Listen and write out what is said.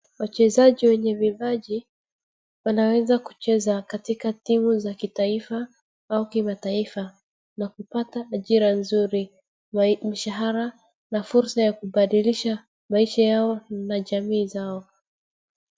Wachezaji wenye vipaji wanweza kucheza katika timu za kitaifa au kimataifa na kupata ajira nzuri, mshahara na fursa ya kubadilisha maisha yao na jamii zao.